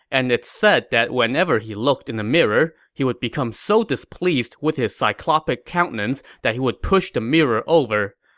and it's said that whenever he looked in a mirror, he would become so displeased with his cyclopic countenance that he would push the mirror over.